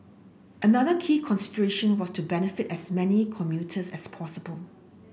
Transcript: another key consideration was to benefit as many commuters as possible